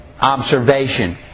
observation